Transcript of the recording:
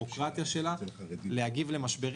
הבירוקרטיה שלה ביכולת שלה להגיב למשברים.